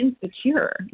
insecure